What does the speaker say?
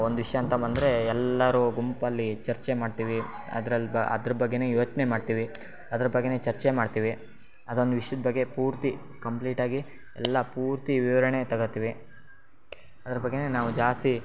ಒಂದು ವಿಷಯ ಅಂತ ಬಂದರೆ ಎಲ್ಲರೂ ಗುಂಪಲ್ಲಿ ಚರ್ಚೆ ಮಾಡ್ತೀವಿ ಅದ್ರಲ್ಲಿ ಬ ಅದ್ರ ಬಗ್ಗೆಯೇ ಯೋಚನೆ ಮಾಡ್ತೀವಿ ಅದ್ರ ಬಗ್ಗೆಯೇ ಚರ್ಚೆ ಮಾಡ್ತೀವಿ ಅದೊಂದು ವಿಷ್ಯದ ಬಗ್ಗೆ ಪೂರ್ತಿ ಕಂಪ್ಲೀಟಾಗಿ ಎಲ್ಲ ಪೂರ್ತಿ ವಿವರಣೆ ತಗೊತೀವಿ ಅದ್ರ ಬಗ್ಗೆಯೇ ನಾವು ಜಾಸ್ತಿ